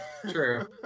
True